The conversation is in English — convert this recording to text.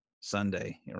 Sunday